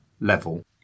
level